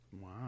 Wow